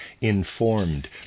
informed